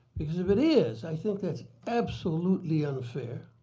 because if it is. i think that's absolutely unfair.